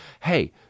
hey